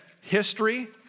history